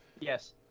Yes